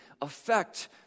affect